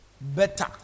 Better